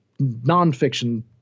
nonfiction